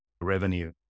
revenue